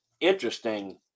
interesting